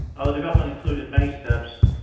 ah the development included many steps.